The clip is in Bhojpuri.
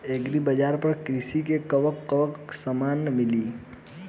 एग्री बाजार पर कृषि के कवन कवन समान मिली?